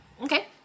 Okay